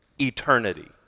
eternity